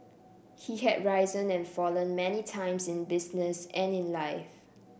he had risen and fallen many times in business and in life